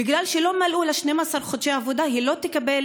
ובגלל שלא מלאו לה 12 שני חודשי עבודה היא לא תקבל